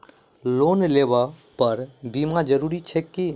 Loan लेबऽ पर बीमा जरूरी छैक की?